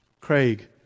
Craig